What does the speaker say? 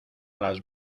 las